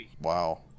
wow